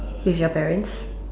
with your parents